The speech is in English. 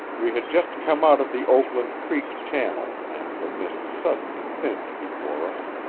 we had just come out of the oakland creek channel and the mist suddenly thinned before us.